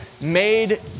made